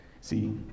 See